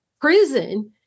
prison